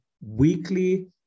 weekly